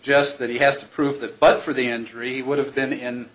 suggests that he has to prove that but for the injury would have been and